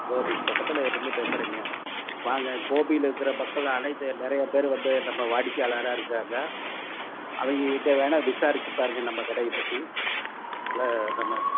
கோபிக்கு பக்கத்தில் இருந்து பேசுகிறீங்க வாங்க கோபியில் இருக்கிற மக்கள் அனைத்து நிறைய பேர் வந்து நம்ம வாடிக்கையாளராக இருக்காங்க அவங்ககிட்ட வேணால் விசாரிச்சு பாருங்க நம்ம கடையை பற்றி நம்ம